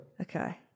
Okay